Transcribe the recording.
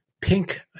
pink